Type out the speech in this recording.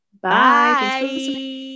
Bye